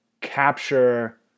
capture